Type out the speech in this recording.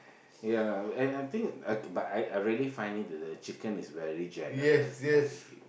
ya and I think I but I I really find it the chicken is very generous eh they give